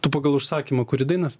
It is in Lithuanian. tu pagal užsakymą kuri dainas